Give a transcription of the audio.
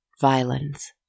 violence